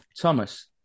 thomas